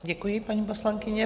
Děkuji, paní poslankyně.